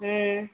ம்